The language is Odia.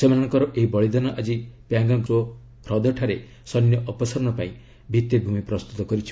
ସେମାନଙ୍କର ଏହି ବଳିଦାନ ଆଜି ପ୍ୟାଙ୍ଗଙ୍ଗ ସୋ ହ୍ରଦଠାରେ ସୈନ୍ୟ ଅପସାରଣ ପାଇଁ ଭିତ୍ତିଭୂମି ପ୍ରସ୍ତୁତ କରିଛି